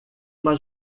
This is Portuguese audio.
uma